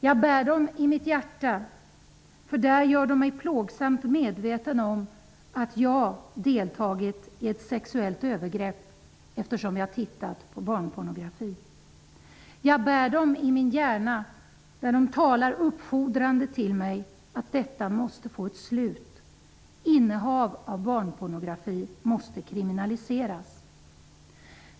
Jag bär dem i mitt hjärta där de gör mig plågsamt medveten om att jag deltagit i ett sexuellt övergrepp, eftersom jag tittat på barnpornografi. Jag bär dem i min hjärna där de talar uppfordrande till mig att detta måste få ett slut. Innehav av barnpornografi måste kriminaliseras.